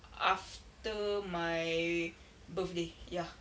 after my birthday ya